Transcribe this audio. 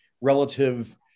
relative